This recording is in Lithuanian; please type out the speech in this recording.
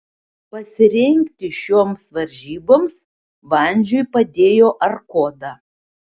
pasirengti šioms varžyboms vandžiui padėjo arkoda